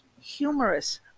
humorous